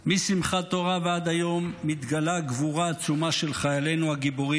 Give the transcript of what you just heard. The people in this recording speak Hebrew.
משמחת תורה ועד היום מתגלה גבורה עצומה של חיילינו הגיבורים,